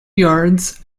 yards